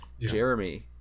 jeremy